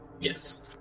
Yes